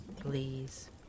Please